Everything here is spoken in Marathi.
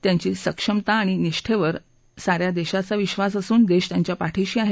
त्यांची सक्षमता आणि निष्ठेवर सान्या देशाचा विक्षास असून देश त्यांच्या पाठीशी आहे